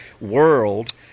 world